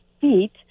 feet